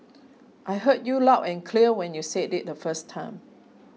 I heard you loud and clear when you said it the first time